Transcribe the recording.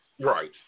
Right